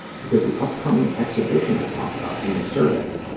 because the upcoming exhibition i talked about in the survey,